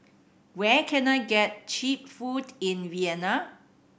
where can I get cheap food in Vienna